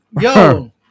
Yo